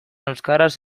euskaraz